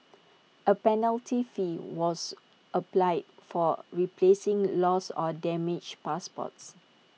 A penalty fee was applies for replacing lost or damaged passports